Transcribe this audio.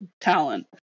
talent